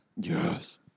Yes